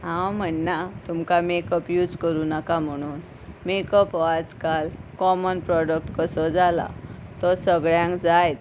हांव म्हणना तुमकां मेकअप यूज करूं नाका म्हणून मेकअप हो आज काल कॉमन प्रोडक्ट कसो जाला तो सगळ्यांक जायत